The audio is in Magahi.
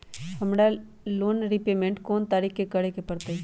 हमरा लोन रीपेमेंट कोन तारीख के करे के परतई?